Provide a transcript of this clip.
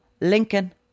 Lincoln